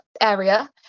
area